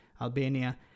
Albania